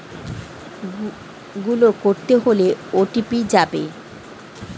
ব্যাংকের পেমেন্ট গুলো করতে হলে ও.টি.পি যাবে